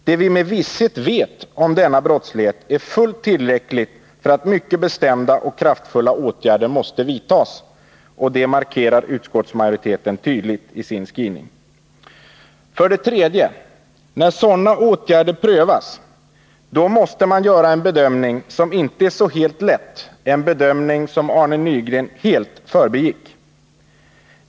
Det vi med visshet vet om denna brottslighet är fullt tillräckligt för 3 att mycket bestämda och kraftfulla åtgärder måste vidtas, och detta markerar utskottsmajoriteten tydligt i sin skrivning. För det tredje: När sådana åtgärder prövas måste man göra en bedömning — som inte är så helt lätt och som Arne Nygren helt förbigick.